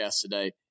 today